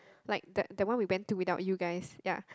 like the that one we went to without you guys yeah